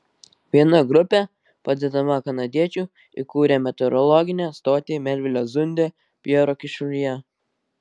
viena grupė padedama kanadiečių įkūrė meteorologinę stotį melvilio zunde pjero kyšulyje